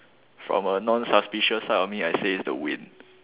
from a non suspicious side of me I say is the wind